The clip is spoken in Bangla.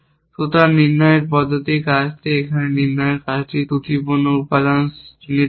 সুতরাং নির্ণয়ের এই পদ্ধতির কাজটি এখানে নির্ণয়ের কাজটি ত্রুটিপূর্ণ উপাদান চিহ্নিত করা